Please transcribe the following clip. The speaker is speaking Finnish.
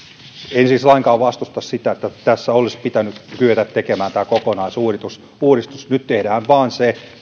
en siis lainkaan vastusta sitä että tässä olisi pitänyt kyetä tekemään kokonaisuudistus mutta nyt tehdään vain se